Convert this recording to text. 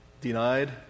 denied